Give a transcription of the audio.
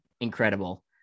incredible